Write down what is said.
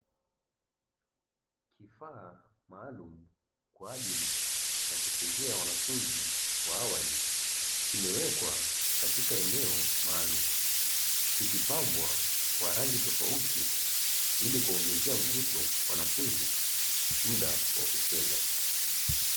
Kifaa maalumu kwa ajili ya kuchezea wanafunzi wa awali kimewekwa katika eneo maalumu, kikipambwa kwa rangi tofauti ili kuongezea mvuto wanafunzi muda wa kucheza.